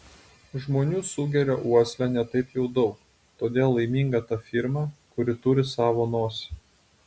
žmonių sugeria uosle ne taip jau daug todėl laiminga ta firma kuri turi savo nosį